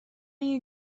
you